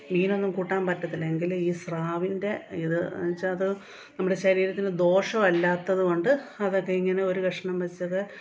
മീനൊന്നും കൂട്ടാൻ പറ്റത്തില്ല എങ്കിലും ഈ സ്രാവിൻ്റെ ഇത് എന്നുവെച്ചാൽ അത് നമ്മുടെ ശരീരത്തിനു ദോഷമല്ലാത്തതു കൊണ്ട് അതൊക്കെ ഇങ്ങനെ ഒരു കഷ്ണം വെച്ചൊക്കെ